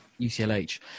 UCLH